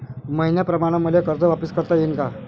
मईन्याप्रमाणं मले कर्ज वापिस करता येईन का?